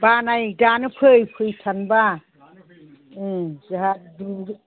बानाय दानो फै फैथारनोब्ला ओम जाहा